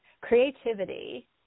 creativity